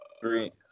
three